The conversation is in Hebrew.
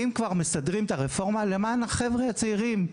אם כבר מסדרים את הרפורמה למען החבר'ה הצעירים,